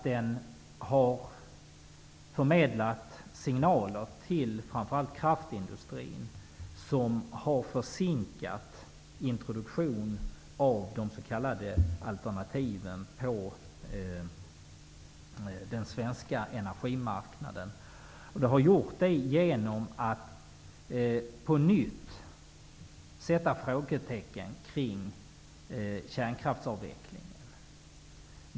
De har förmedlat signaler till framför allt kraftindustrin vilket i sin tur har försinkat introduktionen av de s.k. alternativen på den svenska energimarknaden. Det har skett på grund av att det på nytt finns frågetecken kring kärnkraftsavvecklingen.